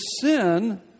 sin